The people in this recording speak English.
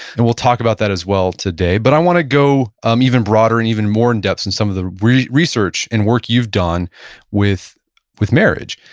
and we'll talk about that as well today, but i want to go um even broader and even more in depths in some of the research, and work you've done with with marriage.